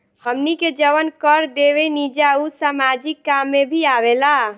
हमनी के जवन कर देवेनिजा उ सामाजिक काम में भी आवेला